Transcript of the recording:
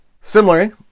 Similarly